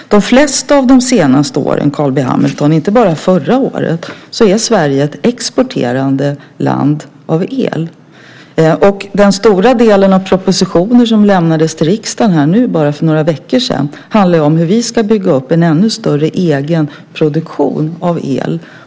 Under de flesta åren på senare tid, Carl B Hamilton, inte bara förra året, har Sverige varit ett exporterande land av el. Den stora delen av den proposition som överlämnades till riksdagen för några veckor sedan handlar om hur vi ska bygga upp en ännu större egen produktion av el.